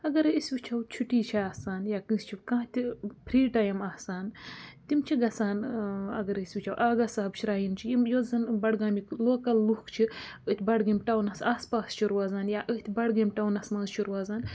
اَگر أسۍ وٕچھو چھُٹی چھِ آسان یا کٲنٛسہِ چھُ کانٛہہ تہِ فرٛی ٹایِم آسان تِم چھِ گَژھان اَگر أسۍ وٕچھو آغا صاحب شرٛایِن چھِ یِم یۄس زَن بَڈگامٕکۍ لوکل لُکھ چھِ أتھۍ بَڈگٲمۍ ٹاونَس آس پاس چھِ روزان یا أتھۍ بَڈگٲمۍ ٹاونَس منٛز چھِ روزان